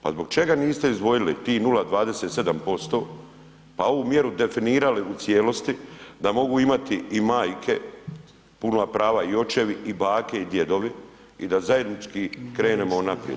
Pa zbog čega niste izdvojili tih 0,27% pa ovu mjeru definirali u cijelosti da mogu imati i majke puna prava i očevi i bake i djedovi i da zajednički krenemo naprijed?